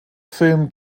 film